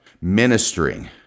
ministering